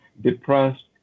depressed